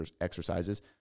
exercises